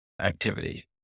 activity